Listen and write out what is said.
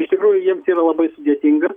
iš tirkųjų jiems yra labai sudėtinga